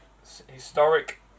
historic